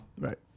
right